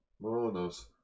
Monos